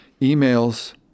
emails